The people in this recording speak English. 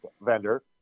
vendor